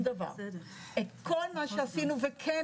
הרי כולנו פה יודעים לקדם עניינים כשאנחנו רוצים לקדם אותם,